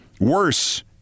Worse